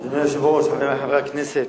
אדוני היושב-ראש, חברי חברי הכנסת,